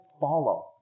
follow